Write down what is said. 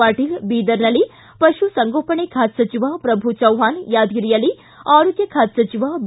ಪಾಟೀಲ್ ಬೀದರ್ನಲ್ಲಿ ಪಶುಸಂಗೋಪಣೆ ಖಾತೆ ಸಚಿವ ಪ್ರಭು ಚವ್ನಾಣ್ ಯಾದಗಿರಿಯಲ್ಲಿ ಆರೋಗ್ಯ ಖಾತೆ ಸಚಿವ ಬಿ